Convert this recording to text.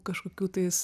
kažkokių tais